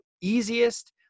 easiest